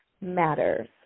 matters